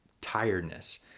tiredness